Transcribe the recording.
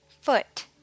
foot